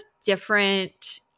different